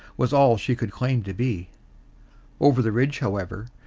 was all she could claim to be over the ridge, however,